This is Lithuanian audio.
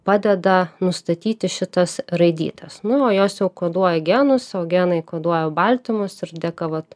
padeda nustatyti šitas raidytes nu o jos jau koduoja genus o genai koduoja baltymus ir dėka vat